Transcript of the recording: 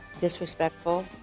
disrespectful